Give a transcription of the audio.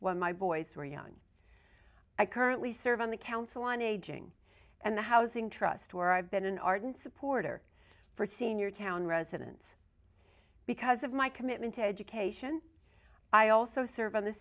when my boys were young i currently serve on the council on aging and the housing trust where i've been an ardent supporter for senior town residents because of my commitment to education i also serve on the